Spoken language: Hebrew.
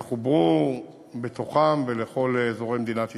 הם יחוברו בתוכם ולכל אזורי מדינת ישראל.